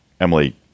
Emily